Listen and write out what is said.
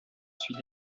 suit